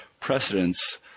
precedents